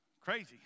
crazy